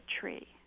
tree